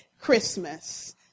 Christmas